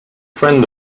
friend